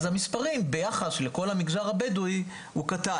אז המספרים ביחד לכל המגזר הבדואי הוא קטן.